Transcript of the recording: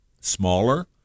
smaller